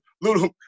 little